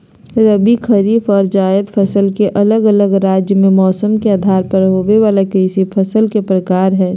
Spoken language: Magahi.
रबी, खरीफ आर जायद भारत के अलग अलग राज्य मे मौसम के आधार पर होवे वला कृषि फसल के प्रकार हय